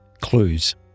clues